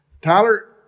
Tyler